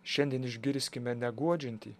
šiandien išgirskime neguodžiantį